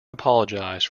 apologised